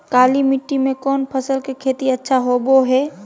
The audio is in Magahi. काली मिट्टी में कौन फसल के खेती अच्छा होबो है?